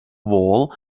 wall